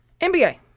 NBA